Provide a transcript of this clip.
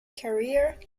career